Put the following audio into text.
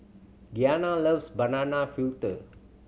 Gianna loves banana fritter